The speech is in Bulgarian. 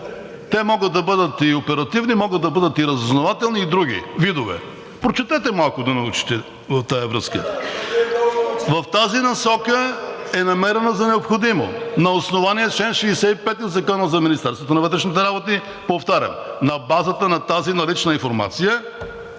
Те могат да бъдат и оперативни, могат да бъдат и разузнавателни, и други видове. Прочетете малко, да научите в тая връзка. (Шум и реплики от ДПС.) В тази насока е намерено за необходимо на основание чл. 65 от Закона за Министерството на вътрешните работи, повтарям – на базата на тази налична информация,